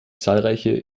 zahlreiche